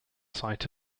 site